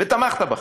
ותמכת בחוק,